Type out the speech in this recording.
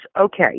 okay